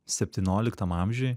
septynioliktam amžiuj